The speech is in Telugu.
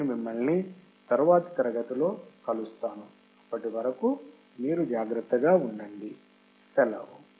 నేను మిమ్మల్ని తరువాతి తరగతిలో కలుస్తాను అప్పటి వరకు మీరు జాగ్రత్తగా ఉండండి శెలవు